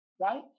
Right